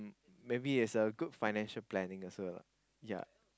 maybe is a good financial planning also lah ya